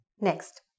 Next